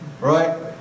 Right